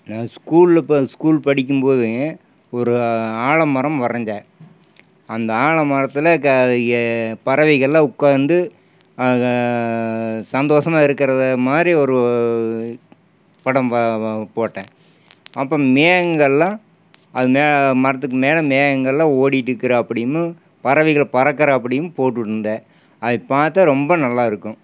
நான் ஸ்கூலில் ப ஸ்கூல் படிக்கும்போது ஒரு ஆல மரம் வரைஞ்சேன் அந்த ஆல மரத்தில் க ஏ பறவைகளெலாம் உட்காந்து அ க சந்தோஷமா இருக்கிறதை மாதிரி ஒரு படம் வ வ போட்டேன் அப்போ மேகங்களெலாம் அது மே மரத்துக்கு மேலே மேகங்களெலாம் ஓடிகிட்ருக்கிறாப்பிடியுமும் பறவைகள் பறக்கிறாப்பிடியும் போட்டிருந்தேன் அது பார்த்தா ரொம்ப நல்லா இருக்கும்